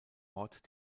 ort